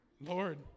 Lord